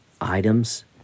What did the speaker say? items